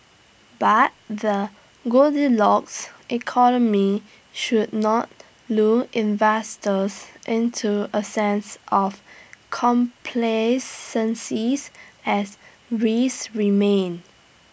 but the goldilocks economy should not lull investors into A sense of complacencies as risk remain